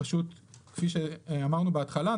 כמו שאמרנו בהתחלה,